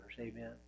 Amen